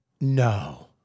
No